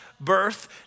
birth